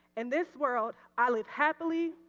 and this world i live happily,